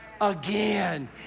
again